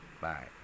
Bye